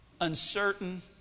uncertain